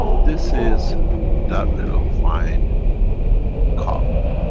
this is that little fine carbon,